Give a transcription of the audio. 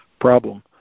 problem